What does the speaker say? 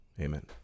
Amen